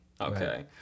Okay